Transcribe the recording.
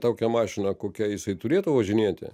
tokia mašina kokia jisai turėtų važinėti